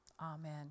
Amen